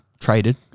traded